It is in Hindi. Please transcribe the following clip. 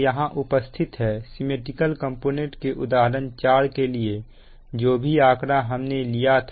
यह सिमिट्रिकल कंपोनेंट का उदाहरण 4 कि जैसा है जिसका विवरण यहां दिया हुआ है